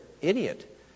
idiot